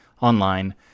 online